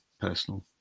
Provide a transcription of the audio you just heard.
personal